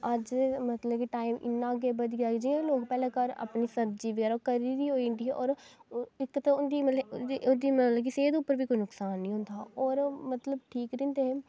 अज्ज मतलब की टाइम इ'न्ना गै बधी गेदा ऐ जिं'यां लोक पैह्लें घर अपनी सब्जी बगैरा ओह् घरै दी होई जंदी ही होर इक ते उंदी मतलब ओह्दी मतलब कि सेह्त उप्पर बी कोई नुकसान निं होंदा हा होर मतलब ठीक रैहंदे हे